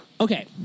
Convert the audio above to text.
okay